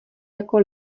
jako